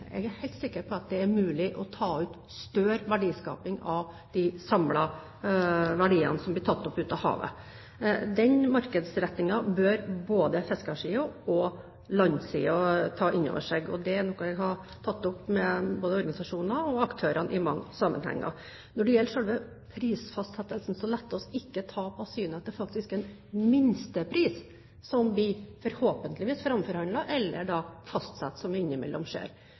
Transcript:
Jeg er helt sikker på at det er mulig å ta ut en større del av verdiskapingen av de samlede verdiene som blir tatt opp av havet. Den markedsrettingen bør både fiskersiden og landsiden ta inn over seg. Det er noe jeg har tatt opp med organisasjoner og aktører i mange sammenhenger. Når det gjelder selve prisfastsettelsen, la oss ikke tape av syne at det faktisk er en minstepris som vi forhåpentligvis framforhandler – eller fastsetter, noe som innimellom skjer.